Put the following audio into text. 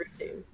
routine